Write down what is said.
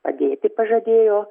padėti pažadėjo